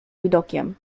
widokiem